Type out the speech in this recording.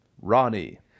ronnie